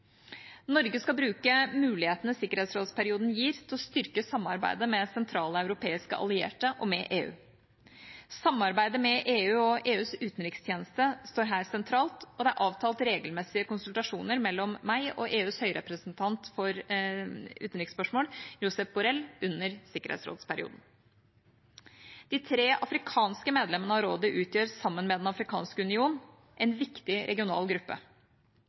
Norge skal bruke mulighetene sikkerhetsrådsperioden gir, til å styrke samarbeidet med sentrale europeiske allierte og med EU. Samarbeidet med EU og EUs utenrikstjeneste står her sentralt, og det er avtalt regelmessige konsultasjoner mellom meg og EUs høyrepresentant for utenriksspørsmål, Josep Borrell, under sikkerhetsrådsperioden. De tre afrikanske medlemmene av rådet utgjør, sammen med Den afrikanske union, en viktig regional gruppe.